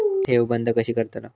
ठेव बंद कशी करतलव?